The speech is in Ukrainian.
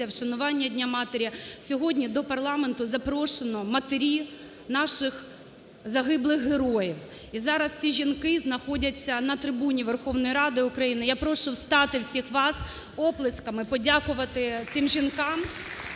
вшанування Дня матері, - сьогодні до парламенту запрошено матерів наших загиблих героїв. І зараз ці жінки знаходяться на трибуні Верховної Ради України. Я прошу встати всіх вас, оплесками подякувати цим жінкам